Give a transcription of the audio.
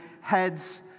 heads